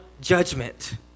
judgment